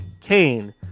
Kane